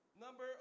number